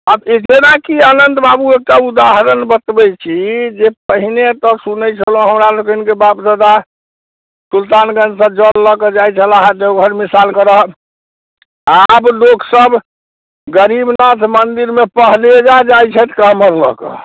आब कि आनन्द बाबू एकटा उदाहरण बतबै छी जे पहिने तऽ सुनै छलौहँ हमरा लोकनिके बाप दादा सुल्तानगञ्जसँ जल लऽ कऽ जाइ छला है देवघरमे सालगरह आब लोक सभ गरीबनाथ मन्दिरमे पहलेजा जाइ छथि कामर लऽ कऽ